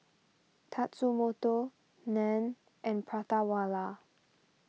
Tatsumoto Nan and Prata Wala